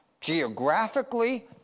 geographically